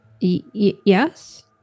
Yes